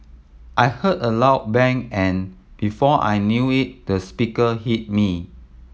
I heard a loud bang and before I knew it the speaker hit me